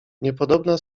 niepodobna